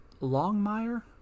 Longmire